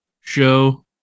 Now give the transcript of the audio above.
show